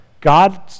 God